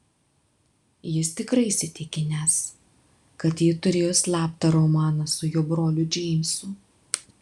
jis tikrai įsitikinęs kad ji turėjo slaptą romaną su jo broliu džeimsu